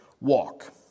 walk